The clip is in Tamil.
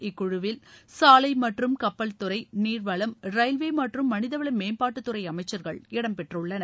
இக்குழுவில் சாலை மற்றும் கப்பல் துறை நீர்வளம் ரயில்வே மற்றும் மனிதவள மேம்பாட்டுத் துறை அமைச்சர்கள் இடம் பெற்றுள்ளனர்